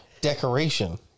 Decoration